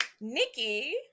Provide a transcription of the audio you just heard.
Nikki